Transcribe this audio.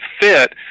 fit